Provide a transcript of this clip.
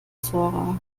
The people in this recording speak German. versuchte